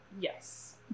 Yes